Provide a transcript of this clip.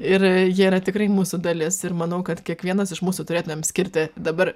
ir jie yra tikrai mūsų dalis ir manau kad kiekvienas iš mūsų turėtumėm skirti dabar